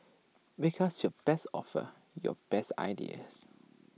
make us your best offers your best ideas